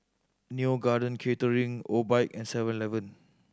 Neo Garden Catering Obike and Seven Eleven